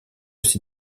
ses